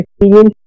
experience